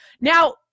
Now